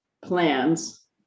plans